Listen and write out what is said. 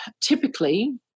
typically